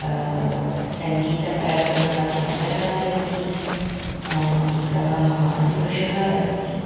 सङ्गीत परब्रह्मत्यागराजः इति एकः महान् पुरुषः अस्ति